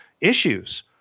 issues